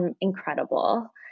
incredible